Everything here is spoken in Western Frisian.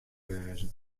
wêzen